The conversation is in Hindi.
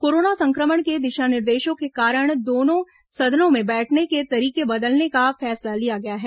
कोरोना संक्रमण के दिशा निर्देशों के कारण दोनों सदनों में बैठने के तरीके बदलने का फैसला किया गया है